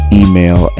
email